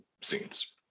scenes